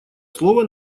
слово